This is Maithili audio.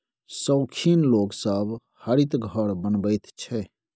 शौखीन लोग सब हरित घर बनबैत छै